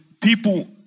people